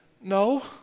No